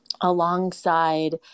alongside